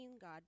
God